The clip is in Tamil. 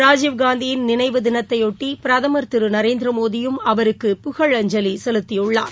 ராஜீவ்காந்தியின் நினைவு தினத்தையொட்டி பிரதமர் திரு நரேந்திரமோடியும் அவருக்கு புகழஞ்சலி செலுத்தியுள்ளார்